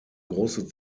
große